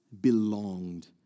belonged